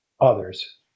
others